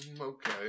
okay